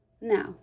Now